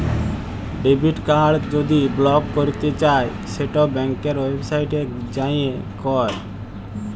debit card যদি block ক্যরতে চাই সেট ব্যাংকের ওয়েবসাইটে যাঁয়ে ক্যর